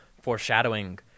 foreshadowing